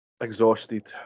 Exhausted